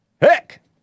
Heck